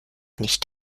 nicht